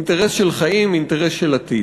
אינטרס של חיים, אינטרס של עתיד.